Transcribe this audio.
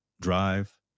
drive